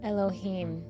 Elohim